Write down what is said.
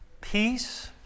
peace